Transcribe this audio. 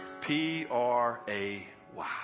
P-R-A-Y